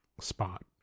spot